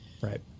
Right